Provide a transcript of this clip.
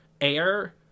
air